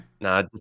nah